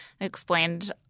explained